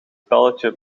spelletje